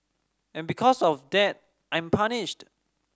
and because of that I'm punished